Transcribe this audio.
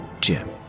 Jim